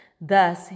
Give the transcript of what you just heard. Thus